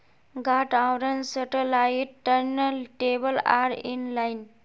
गांठ आवरण satellite turn table are in line